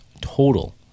total